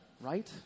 right